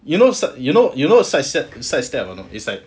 you know you know you know side step side step or not is like